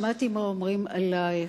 שמעתי מה אומרים עלייך,